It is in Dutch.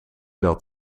dat